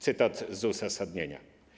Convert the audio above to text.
Cytat z uzasadnienia.